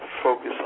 Focus